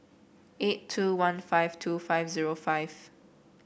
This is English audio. eight two one five two five zero five